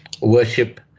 worship